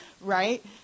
right